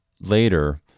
later